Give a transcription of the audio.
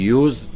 use